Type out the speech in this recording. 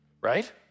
right